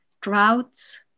droughts